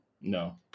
no